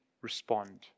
respond